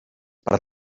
per